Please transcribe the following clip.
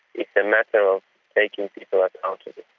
it's a matter of making people accountable.